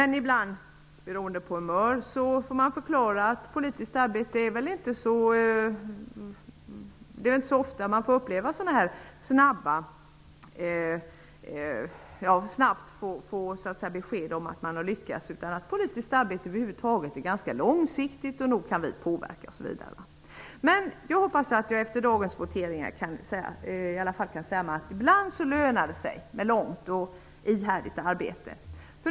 Ibland får man i stället förklara att politiskt arbete inte så ofta ger snabba besked om att man lyckats, utan att det är ganska långsiktigt, och nog kan vi påverka osv. Jag hoppas att jag efter voteringarna i alla fall kan säga att ibland så lönar det sig med långt och ihärdigt arbete.